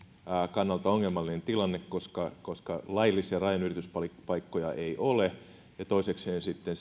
kannalta ongelmallinen tilanne koska koska laillisia rajanylityspaikkoja ei ole ja toisekseen sitten